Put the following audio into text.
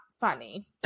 funny